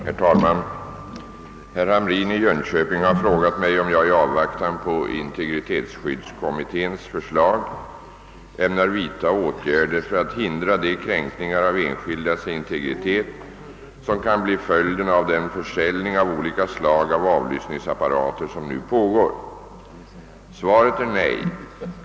Herr talman! Herr Hamrin i Jönköping har frågat mig, om jag i avvaktan på integritetsskyddskommitténs förslag ämnar vidta åtgärder för att hind ra de kränkningar av enskildas integritet som kan bli följden av den försäljning av olika slag av avlyssningsapparater som nu pågår. Svaret är nej.